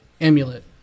Amulet